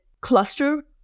cluster